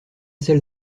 celle